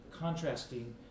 contrasting